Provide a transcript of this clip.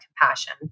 compassion